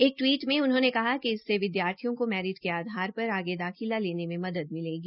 एक टवीट में उन्होंने कहा कि विद्यार्थियों को मेरिट के आधार पर आगे दाखिला लेने में मदद मिलेगी